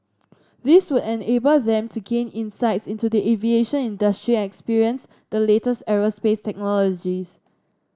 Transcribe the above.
this would enable them to gain insights into the aviation industry and experience the latest aerospace technologies